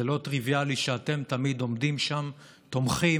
זה לא טריוויאלי שאתם תמיד עומדים שם, תומכים,